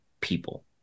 people